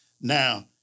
Now